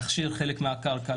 להכשרת חלק מהקרקע,